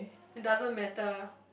doesn't matter lah